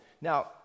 Now